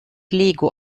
lego